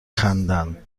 خندند